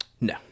No